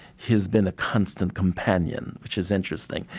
he's been a constant companion, which is interesting.